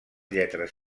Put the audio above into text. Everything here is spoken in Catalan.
lletres